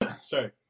sorry